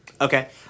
Okay